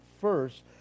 first